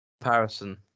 Comparison